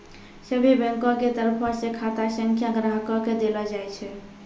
सभ्भे बैंको के तरफो से खाता संख्या ग्राहको के देलो जाय छै